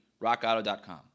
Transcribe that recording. rockauto.com